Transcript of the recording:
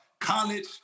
college